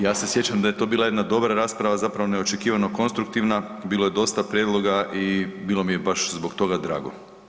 Ja se sjećam da je to bila jedna dobra rasprava zapravo neočekivano konstruktivna, bilo je dosta prijedlog i bilo mi je baš zbog toga drago.